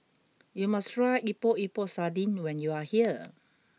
you must try Epok Epok Sardin when you are here